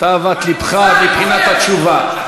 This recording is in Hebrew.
תאוות לבך, מבחינת התשובה.